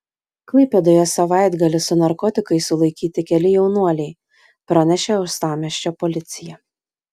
klaipėdoje savaitgalį su narkotikais sulaikyti keli jaunuoliai pranešė uostamiesčio policija